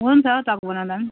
हुन्छ टक बनाउँदा पनि